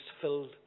filled